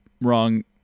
wrong